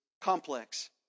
complex